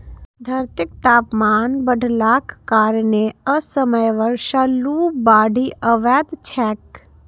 धरतीक तापमान बढ़लाक कारणें असमय बर्षा, लू, बाढ़ि अबैत छैक